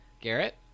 Garrett